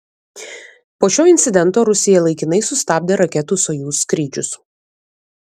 po šio incidento rusija laikinai sustabdė raketų sojuz skrydžius